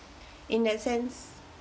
in that sense